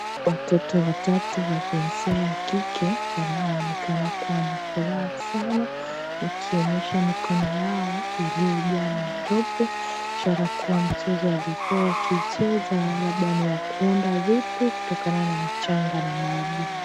Watoto watatu wa jinsia ya kike, wanaoonekana kuwa na furaha sana, wakionyesha mikono yao iliyojaa matope, ishara kuwa mchezo waliokuwa wakicheza, labda ni wa kuunda vitu kutokana na mchanga na maji.